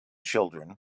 children